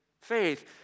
faith